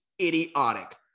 idiotic